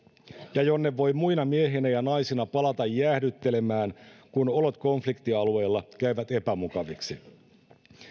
ja jonne voi muina miehinä ja naisina palata jäähdyttelemään kun olot konfliktialueilla käyvät epämukaviksi